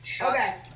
Okay